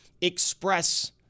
Express